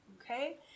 okay